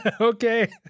Okay